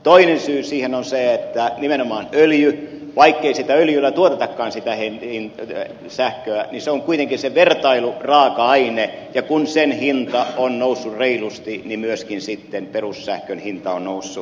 toinen syy siihen on se että nimenomaan öljy vaikkei öljyllä tuotetakaan sitä sähköä on kuitenkin se vertailuraaka aine ja kun sen hinta on noussut reilusti niin myöskin sitten perussähkön hinta on noussut